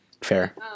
Fair